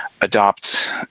adopt